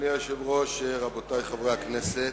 אדוני היושב-ראש, רבותי חברי הכנסת,